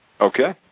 Okay